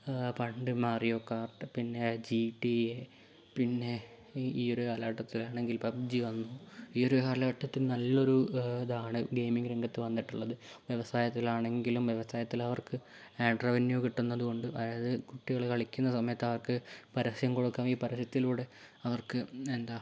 പണ്ട് Mario Kart പിന്നെ G T A പിന്നെ ഈ ഈ ഒരു കാലഘട്ടത്തിലാണെങ്കിൽ പബ്ജി വന്നു ഈയൊരു കാലഘട്ടത്തി നല്ലൊരു ഇതാണ് ഗെയിമിങ്ങ് രംഗത്ത് വന്നിട്ടുള്ളത് വ്യവസായത്തിലാണെങ്കിലും വ്യവസായത്തിലവർക്ക് ആൻഡ്രോഡ് ന്യൂ കിട്ടുന്നതുകൊണ്ട് അതായത് കുട്ടികള് കളിക്കുന്ന സമയത്ത് അവർക്ക് പരസ്യം കൊടുക്കുമ്പോൾ ഈ പരസ്യത്തിലൂടെ അവർക്ക് എന്താ